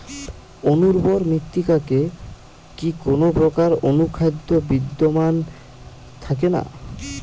অনুর্বর মৃত্তিকাতে কি কোনো প্রকার অনুখাদ্য বিদ্যমান থাকে না?